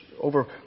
Over